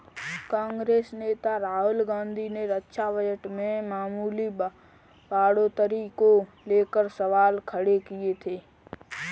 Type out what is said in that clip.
कांग्रेस नेता राहुल गांधी ने रक्षा बजट में मामूली बढ़ोतरी को लेकर सवाल खड़े किए थे